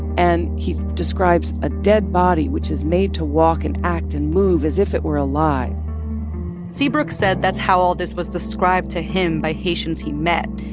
and he describes a dead body which is made to walk and act and move as if it were alive seabrook said that's how all this was described to him by haitians he met.